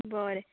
बोरें